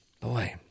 Boy